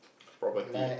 property